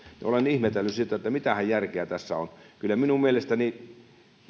olen ihmetellyt mitähän järkeä tässä on kyllä minun mielestäni